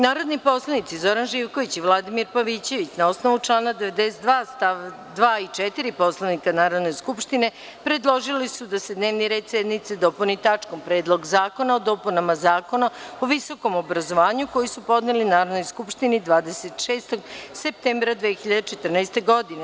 Narodni poslanici Zoran Živković i Vladimir Pavićević na osnovu člana 92. stav 2. i 4. Poslovnika Narodne skupštine predložili su da se dnevni red sednice dopuni tačkom – Predlog zakona o dopunama Zakona o visokom obrazovanju, koji su podneli Narodnoj skupštini 26. septembra 2014. godine.